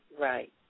right